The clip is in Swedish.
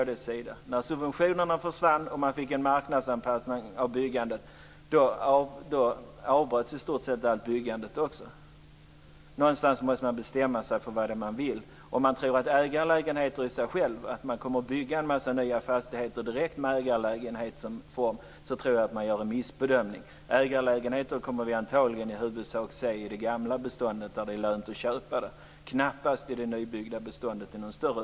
När subventionerna försvann och det blev en marknadsanpassning av byggandet, avbröts i stort sett allt byggande. Någonstans måste man bestämma sig för vad man vill. Jag tror att man gör en missbedömning om man tror att det kommer att byggas fastigheter med ägarlägenheter som upplåtelseform. Ägarlägenheter kommer huvudsakligen att finnas i det gamla beståndet - när det är lönt att köpa - men knappast i någon större utsträckning i det nya beståndet.